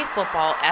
Football